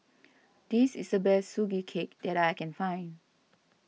this is the best Sugee Cake that I can find